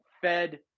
Fed